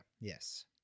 Yes